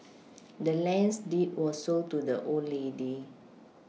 the land's deed was sold to the old lady